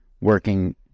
working